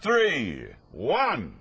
three one